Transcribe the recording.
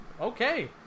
okay